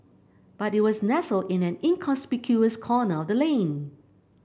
but it was nestled in an inconspicuous corner of the lane